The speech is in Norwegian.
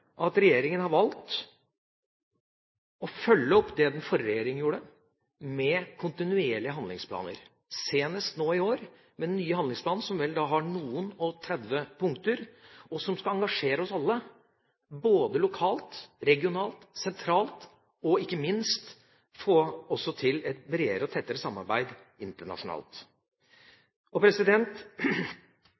at regjeringa har valgt å følge opp det den forrige regjeringa gjorde, med kontinuerlige handlingsplaner – senest nå i år med den nye handlingsplanen, som vel har noen og tretti punkter, og som skal engasjere oss alle, både lokalt, regionalt og sentralt, og ikke minst få til et bredere og tettere samarbeid internasjonalt.